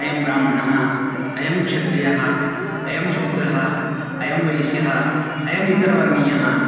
अयं ब्राह्मणः अयं क्षत्रियः अयं शूद्रः अयं वैश्यः अयम् इतरवर्णीयः